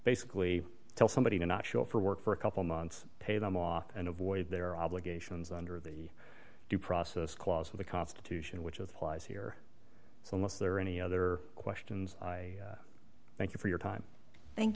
basically tell somebody to not show up for work for a couple months pay them off and avoid their obligations under the due process clause of the constitution which with lies here it's almost there any other questions i thank you for your time thank